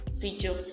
picture